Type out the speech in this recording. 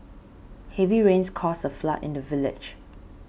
heavy rains caused a flood in the village